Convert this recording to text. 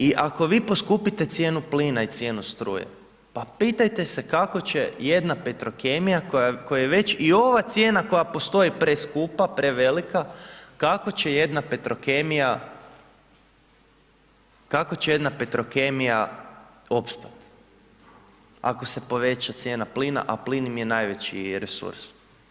I ako vi poskupite cijenu plina i cijenu struje, pa pitajte se kako će jedna Petrokemija kojoj je već i ova cijena koja postoji preskupa, prevelika, kako će jedna Petrokemija, kako će jedna Petrokemija opstati ako se poveća cijena plina, a plin im je najveći resurs.